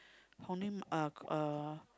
Hong-Lim uh uh